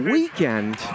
Weekend